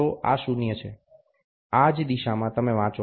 તો આ શૂન્ય છે આ જ દિશમાં તમે વાંચો